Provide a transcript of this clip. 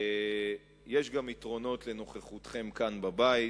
יש גם יתרונות לנוכחותכם כאן בבית.